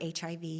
HIV